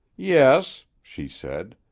yes, she said.